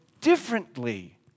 differently